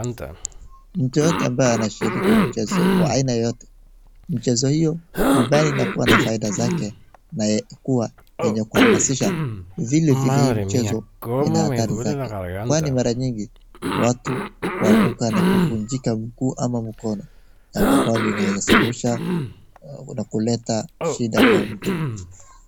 Mtu yeyote ambaye anashiriki mchezo wa aina yoyote, mchezo hiyo ambayo inakuwa na faida zake, na kuwa yenye kuhamasisha vilevile hii mchezo ina adhari zake kwani mara nyingi, watu huanguka na kuvunjika mguu ama mkono jambo ambalo linaweza sababisha na kuleta shida kwa mtu.